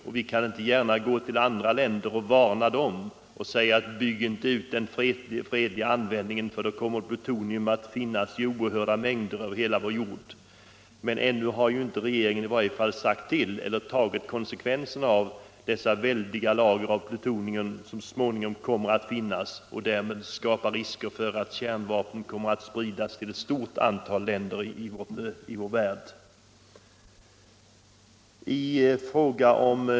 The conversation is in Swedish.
Vi kan i så fall inte gärna gå till andra länder och varna dem och säga: Bygg inte ut den fredliga användningen av kärnkraften för då kommer plutonium att finnas i oerhörda mängder över hela vår jord. Men ännu har regeringen inte tagit konsekvenserna av dessa väldiga lager av plutonium som så småningom kommer att finnas och därmed skapa risker för att kärnvapen kommer att spridas till ett stort antal länder i vår värld.